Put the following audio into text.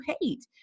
hate